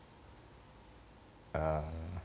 uh